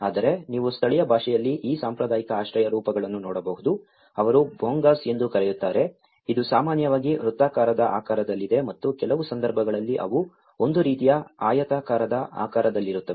ಆದರೆ ನೀವು ಸ್ಥಳೀಯ ಭಾಷೆಯಲ್ಲಿ ಈ ಸಾಂಪ್ರದಾಯಿಕ ಆಶ್ರಯ ರೂಪಗಳನ್ನು ನೋಡಬಹುದು ಅವರು ಭೋಂಗಾಸ್ ಎಂದೂ ಕರೆಯುತ್ತಾರೆ ಇದು ಸಾಮಾನ್ಯವಾಗಿ ವೃತ್ತಾಕಾರದ ಆಕಾರದಲ್ಲಿದೆ ಮತ್ತು ಕೆಲವು ಸಂದರ್ಭಗಳಲ್ಲಿ ಅವು ಒಂದು ರೀತಿಯ ಆಯತಾಕಾರದ ಆಕಾರದಲ್ಲಿರುತ್ತವೆ